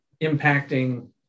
impacting